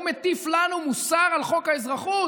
הוא מטיף לנו מוסר על חוק האזרחות?